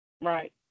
Right